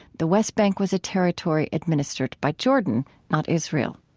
the west bank was a territory administered by jordan, not israel